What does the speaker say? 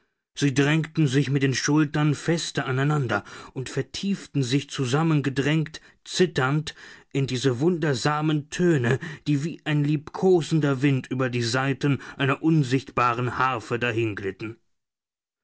sie drängten sich mit den schultern fester aneinander und vertieften sich zusammengedrängt zitternd in diese wundersamen töne die wie ein liebkosender wind über die saiten einer unsichtbaren harfe